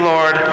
Lord